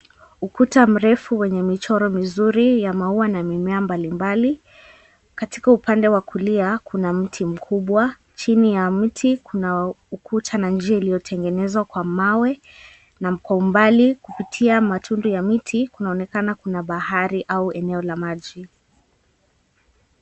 Ukuta mrefu wenye michoro mizuri ya maua na mimea mbalimbali, katika upande wa kulia kuna mti mkubwa, chini ya mti kuna ukuta na njia iliyotengenezwa kwa mawe na kwa umbali kupitia matundu ya miti kunaonekana kuna bahari au eneo la maji.